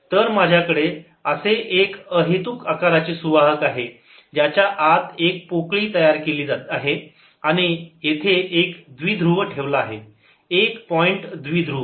तर माझ्याकडे एक अहेतुक आकाराचे सुवाहक आहे ज्याच्या आत एक पोकळी तयार केली आहे आणि येथे एक द्विध्रुव ठेवला आहे एक पॉईंट द्विध्रुव